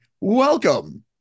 welcome